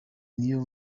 new